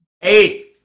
hey